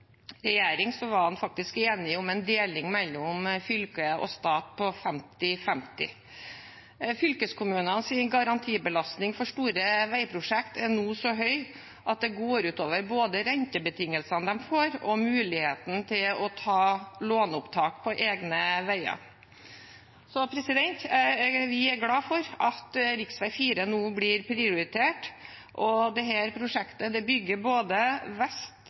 regjering, var man faktisk enig om en deling mellom fylke og stat på femti–femti. Fylkeskommunenes garantibelastning for store veiprosjekter er nå så høy at det går ut over både rentebetingelsene de får, og muligheten til å ta låneopptak på egne veier. Vi er glade for at rv. 4 nå blir prioritert. Dette prosjektet bygger både vest og øst og nord og sør mye bedre sammen, men det